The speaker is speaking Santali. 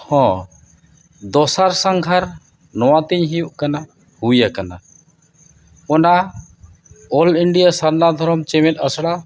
ᱦᱮᱸ ᱫᱚᱥᱟᱨ ᱥᱟᱸᱜᱷᱟᱨ ᱱᱚᱣᱟᱛᱤᱧ ᱦᱩᱭᱩᱜ ᱠᱟᱱᱟ ᱦᱩᱭ ᱠᱟᱱᱟ ᱚᱱᱟ ᱚᱞ ᱤᱱᱰᱤᱭᱟ ᱥᱟᱨᱱᱟ ᱫᱷᱚᱨᱚᱢ ᱪᱮᱢᱮᱫ ᱟᱥᱲᱟ